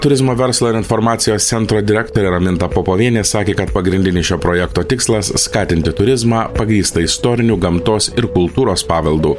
turizmo verslo ir informacijos centro direktorė raminta popovienė sakė kad pagrindinis šio projekto tikslas skatinti turizmą pagrįstą istorinių gamtos ir kultūros paveldu